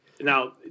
Now